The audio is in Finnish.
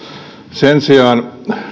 sen sijaan